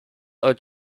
are